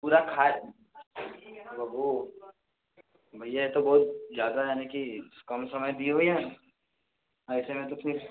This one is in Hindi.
पूरा खात प्रभु भैया यह तो बहुत ज़्यादा यानी की कम समय दिए भैया ऐसे में तो फ़िर